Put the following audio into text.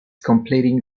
completing